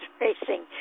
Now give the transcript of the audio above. racing